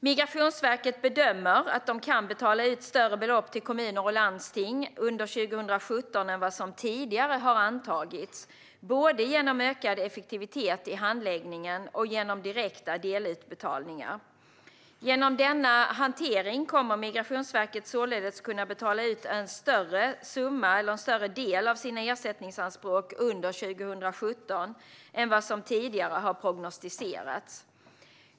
Migrationsverket bedömer att man kan betala ut större belopp till kommuner och landsting under 2017 än vad som tidigare antagits, både genom ökad effektivitet i handläggningen och genom direkta delutbetalningar. Genom denna hantering kommer Migrationsverket således att kunna betala ut en större del av sina ersättningsanspråk under 2017 än vad som tidigare har prognostiserats.